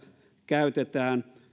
käytetään